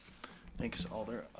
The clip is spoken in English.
thanks alder.